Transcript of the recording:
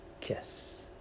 kiss